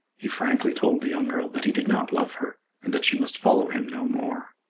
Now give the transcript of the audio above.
he frankly told the young girl that he did not love her and that she must follow him no more.